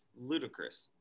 ludicrous